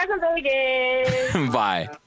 bye